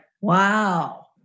wow